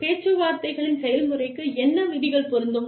பேச்சுவார்த்தைகளின் செயல்முறைக்கு என்ன விதிகள் பொருந்தும்